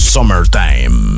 Summertime